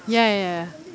ya ya ya ya